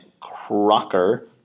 Crocker